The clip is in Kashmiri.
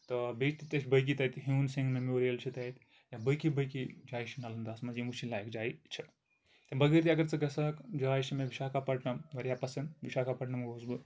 تہٕ بیٚیہِ تہِ تَتہِ بٲقی تَتہِ ہیوٗن سین میمورِیل چھُ تَتہِ یا باقٕے باقٕے جایہِ چھِ نلنداہس منٛز یِم وٕچھِنۍ لاق جایہِ چھِ تَمہِ بغٲر تہِ اَگر ژٕ گژھکھ جاے چھ مےٚ وشاکھاپٹنم واریاہ پسنٛد وشاکھاپٹنم گوٚوس بہٕ